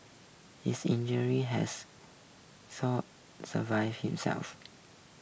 his injury has so survived himself